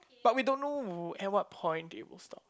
but we don't know at what point it will stop